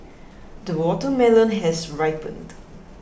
the watermelon has ripened